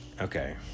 Okay